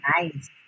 Nice